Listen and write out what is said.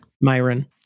Myron